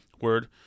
word